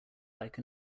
like